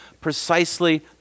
precisely